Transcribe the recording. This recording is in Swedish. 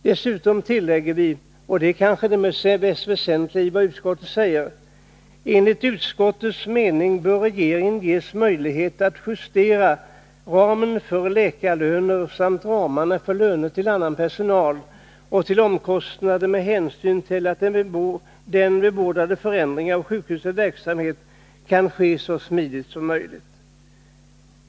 Dessutom tillägger vi — och det är kanske det mest väsentliga i utskottets betänkande: Enligt utskottets mening bör regeringen ges möjlighet att justera ramen för läkarlöner samt ramarna för löner till annan personal och för omkostnader med hänsyn till att den bebådade förändringen av sjukhusets verksamhet kan ske så smidigt som möjligt.